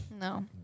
No